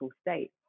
state